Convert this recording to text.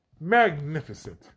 magnificent